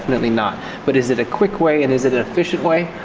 not but is it a quick way? and is it an efficient way?